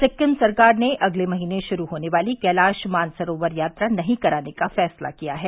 सिक्किम सरकार ने अगले महीने शुरू होनें वाली कैलाश मानसरोवर यात्रा नहीं कराने का फैसला किया है